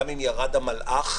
גם אם ירד המלאך,